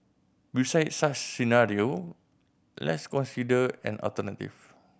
beside such scenario let's consider an alternative